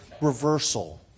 reversal